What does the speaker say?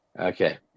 Okay